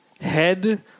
head